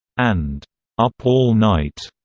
and up all night,